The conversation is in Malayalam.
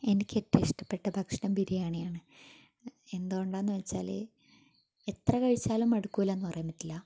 എനിക്ക് ഏറ്റവും ഇഷ്ടപ്പെട്ട ഭക്ഷണം ബിരിയാണിയാണ് എന്തുകൊണ്ടാണെന്നു വച്ചാൽ എത്ര കഴിച്ചാലും മടുക്കില്ലയെന്ന് പറയാൻ പറ്റില്ല